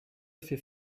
fait